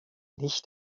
nicht